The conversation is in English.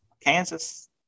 Kansas